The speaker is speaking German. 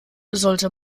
sollte